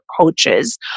coaches